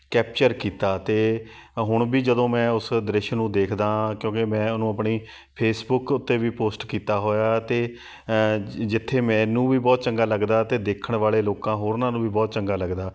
capture ਕੀਤਾ ਅਤੇ ਹੁਣ ਵੀ ਜਦੋਂ ਮੈਂ ਉਸ ਦ੍ਰਿਸ਼ ਨੂੰ ਦੇਖਦਾ ਹਾਂ ਕਿਉਂਕਿ ਮੈਂ ਉਹਨੂੰ ਆਪਣੀ ਫੇਸਬੁੱਕ ਉੱਤੇ ਵੀ ਪੋਸਟ ਕੀਤਾ ਹੋਇਆ ਤਾਂ ਜਿੱਥੇ ਮੈਨੂੰ ਵੀ ਬਹੁਤ ਚੰਗਾ ਲੱਗਦਾ ਅਤੇ ਦੇਖਣ ਵਾਲੇ ਲੋਕਾਂ ਹੋਰਨਾਂ ਨੂੰ ਵੀ ਬਹੁਤ ਚੰਗਾ ਲੱਗਦਾ